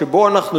שבו אנחנו יורדים,